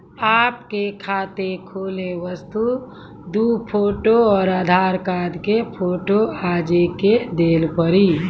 आपके खाते खोले वास्ते दु फोटो और आधार कार्ड के फोटो आजे के देल पड़ी?